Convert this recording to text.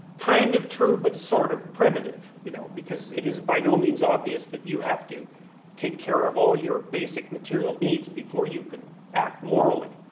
kind of true, but sort of primitive. you know because it is by no means obvious that you have to take care of all your basic material needs before you can act morally.